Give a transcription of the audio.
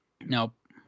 Nope